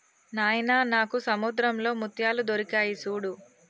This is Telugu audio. నాయిన నాకు సముద్రంలో ముత్యాలు దొరికాయి సూడు